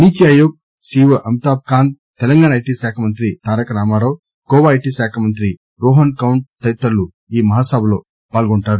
NITI Aayog CEO Amitabh Kant Telangana IT శాఖ మంతి Taraka Rama Rao Goa IT శాఖ మంతి రోహన్ కాంత్ తదితరులు ఈ మహాసభలో పాల్గొంటారు